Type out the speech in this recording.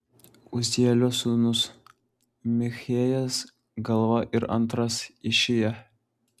uzielio sūnūs michėjas galva ir antras išija